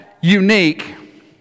unique